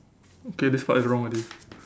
okay this part is wrong already